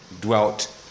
dwelt